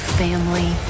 family